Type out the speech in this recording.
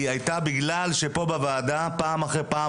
היא היתה בגלל שפה בוועדה פעם אחרי פעם